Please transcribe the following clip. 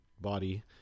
body